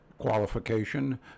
qualification